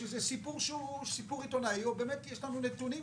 שזה סיפור שהוא סיפור עיתונאי או באמת יש לנו נתונים